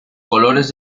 colores